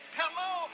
hello